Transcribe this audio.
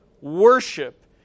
Worship